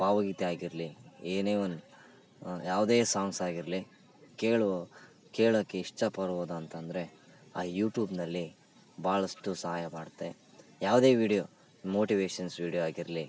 ಭಾವಗೀತೆ ಆಗಿರಲಿ ಏನೇ ಒಂದು ಯಾವುದೇ ಸಾಂಗ್ಸ್ ಆಗಿರಲಿ ಕೇಳೊ ಕೇಳೋಕ್ಕೆ ಇಷ್ಟ ಪಡುವುದಂತಂದರೆ ಆ ಯುಟ್ಯೂಬ್ನಲ್ಲಿ ಭಾಳಷ್ಟು ಸಹಾಯ ಮಾಡುತ್ತೆ ಯಾವುದೇ ವಿಡಿಯೋ ಮೋಟಿವೇಶನ್ಸ್ ವಿಡಿಯೋ ಆಗಿರಲಿ